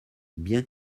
bien